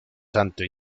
tanto